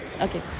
okay